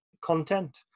content